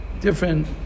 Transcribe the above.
Different